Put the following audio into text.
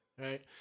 Right